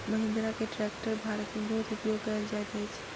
महिंद्रा के ट्रेक्टर भारत में बहुत उपयोग कयल जाइत अछि